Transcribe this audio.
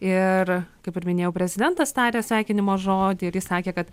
ir kaip ir minėjau prezidentas tarė sveikinimo žodį ir jis sakė kad